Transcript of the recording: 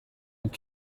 ngo